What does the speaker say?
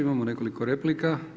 Imamo nekoliko replika.